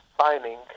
signing